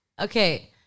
Okay